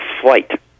flight